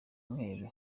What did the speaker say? mweru